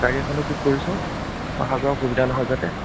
গাড়ী এখনো ঠিক কৰিছোঁ অহা যোৱাৰ অসুবিধা নহয় যাতে